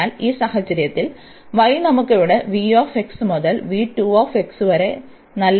അതിനാൽ ഈ സാഹചര്യത്തിൽ y നമുക്ക് ഇവിടെ മുതൽ വരെ നല്ല ലിമിറ്റുകളുണ്ട്